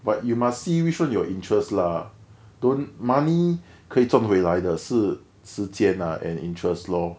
but you must see which one your interest lah don't money 可以赚回来的是时间 ah and interest lor